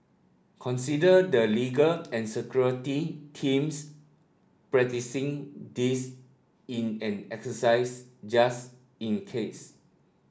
consider the legal and security teams practising this in an exercise just in case